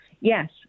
Yes